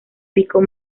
pico